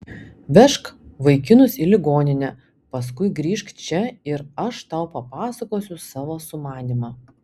vežk vaikinus į ligoninę paskui grįžk čia ir aš tau papasakosiu savo sumanymą